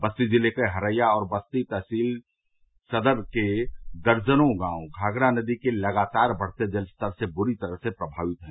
बस्ती जिले के हरैया और बस्ती सदर तहसील के दर्जनों गांव घाघरा नदी के लगातार बढ़ते जलस्तर से बुरी तरह से प्रभावित है